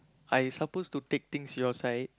I supposed to take things your side